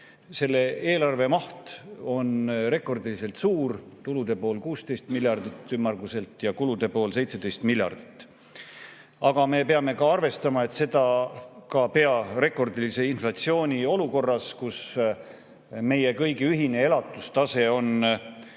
Selle eelarve maht on rekordiliselt suur: tulude pool on ümmarguselt 16 miljardit ja kulude pool 17 miljardit. Aga me peame ka arvestama, et elame peaaegu rekordilise inflatsiooni olukorras, kus meie kõigi ühine elatustase on